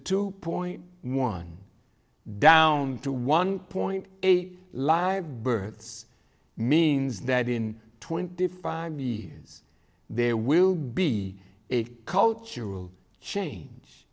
two point one down to one point eight live births means that in twenty five years there will be a cultural change